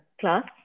Class